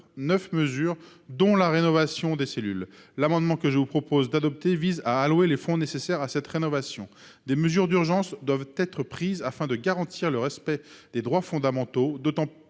neuf mesures, dont la rénovation des cellules. Cet amendement vise à ouvrir les crédits nécessaires à cette rénovation. Des mesures d'urgence doivent être prises, afin de garantir le respect des droits fondamentaux, d'autant que